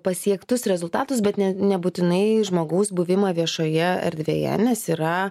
pasiektus rezultatus bet ne nebūtinai žmogaus buvimą viešoje erdvėje nes yra